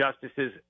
justices